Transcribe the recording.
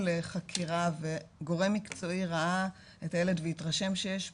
לחקירה וגורם מקצועי ראה את הילד והתרשם שיש פגיעה,